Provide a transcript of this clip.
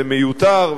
זה מיותר,